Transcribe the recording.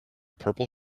purple